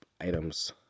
items